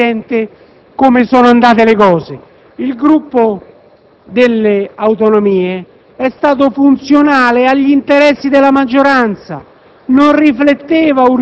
Sappiamo bene, Presidente, come sono andate le cose! Il Gruppo per le Autonomie è stato funzionale agli interessi della maggioranza,